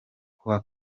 kuwa